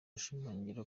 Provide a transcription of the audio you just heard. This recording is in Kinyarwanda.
ashimangira